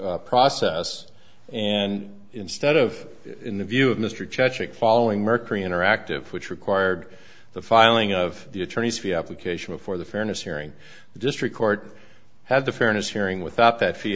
process and instead of in the view of mr chechen following mercury interactive which required the filing of the attorney's fee application for the fairness hearing the district court had the fairness hearing without that fee